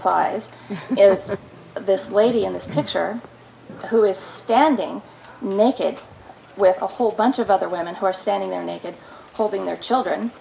was this lady in this picture who is standing naked with a whole bunch of other women who are standing there naked holding their children